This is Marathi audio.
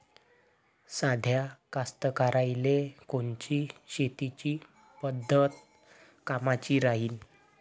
साध्या कास्तकाराइले कोनची शेतीची पद्धत कामाची राहीन?